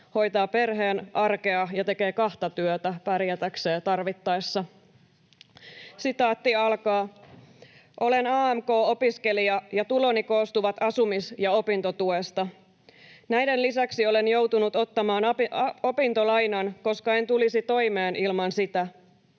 hoitaa perheen arkea ja tekee tarvittaessa kahta työtä pärjätäkseen. ”Olen AMK-opiskelija ja tuloni koostuvat asumis- ja opintotuesta. Näiden lisäksi olen joutunut ottamaan opintolainan, koska en tulisi toimeen ilman sitä.